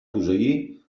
posseir